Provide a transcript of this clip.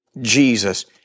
Jesus